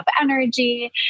energy